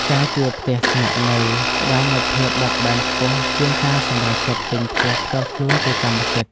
ការជួលផ្ទះស្នាក់នៅផ្តល់នូវភាពបត់បែនខ្ពស់ជាងការសម្រេចចិត្តទិញផ្ទះផ្ទាល់ខ្លួនជាកម្មសិទ្ធិ។